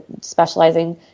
specializing